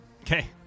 Okay